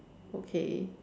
okay